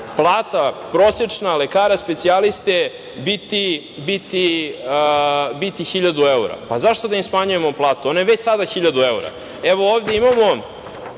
vlast, prosečna plata lekara specijaliste biti 1000 evra. Pa, zašto da im smanjujemo platu, ona je već sada 1000 evra. Ovde imamo